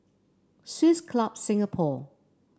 Swiss Club Singapore